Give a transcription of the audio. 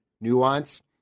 nuance